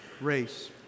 race